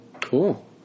cool